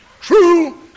true